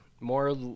more